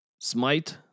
smite